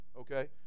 okay